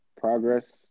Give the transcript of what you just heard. progress